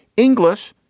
english,